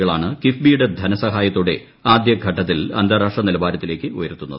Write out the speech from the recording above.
കളാണ് കിഫ്ബിയുടെ ധനസഹായത്തോടെ ആദ്യഘട്ടത്തിൽ അന്താരാഷ്ട്ര നിലവാരത്തിലേയ്ക്ക് ഉയർത്തുന്നത്